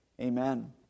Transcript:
Amen